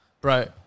Bro